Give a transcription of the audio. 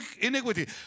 iniquity